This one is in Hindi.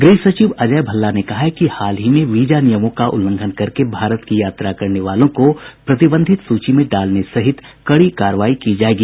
गृह सचिव अजय भल्ला ने कहा है कि हाल ही में वीजा नियमों का उल्लंघन करके भारत की यात्रा करने वालों को प्रतिबंधित सूची में डालने सहित कड़ी कार्रवाई की जाएगी